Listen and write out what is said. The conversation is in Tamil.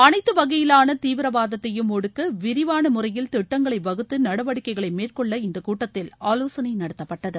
அனைத்து வகையிலான தீவிரவாதத்தையும் ஒடுக்க விரிவான முறையில் திட்டங்களை வகுத்து நடவடிக்கைகளை மேற்கொள்ள இந்தக் கூட்டத்தில் ஆலோசனை நடத்தப்பட்டது